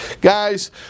Guys